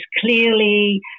clearly